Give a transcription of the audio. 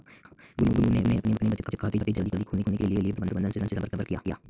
गुनगुन ने अपना बचत खाता जल्दी खोलने के लिए प्रबंधक से संपर्क किया